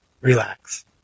Relax